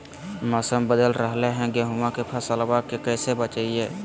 मौसम बदल रहलै है गेहूँआ के फसलबा के कैसे बचैये?